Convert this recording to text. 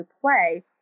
play